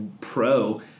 pro